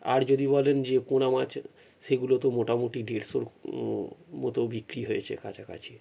আর যদি বলেন যে পোনা মাছ সেগুলো তো মোটামুটি দেড়শোর মতো বিক্রি হয়েছে কাছাকাছি